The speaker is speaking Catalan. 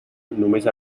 només